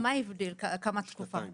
תיכף אני